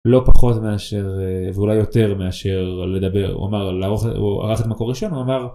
לא פחות מאשר ואולי יותר מאשר לדבר, הוא אמר, הוא ערך את מקור ראשון הוא אמר.